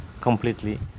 completely